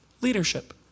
leadership